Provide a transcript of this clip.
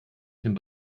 dem